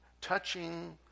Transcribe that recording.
touching